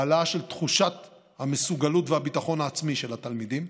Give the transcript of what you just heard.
העלאה של תחושת המסוגלות והביטחון העצמי של התלמידים,